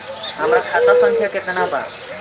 हमरा खाता संख्या केतना बा?